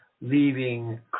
leaving